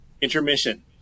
Intermission